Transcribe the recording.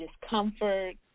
discomfort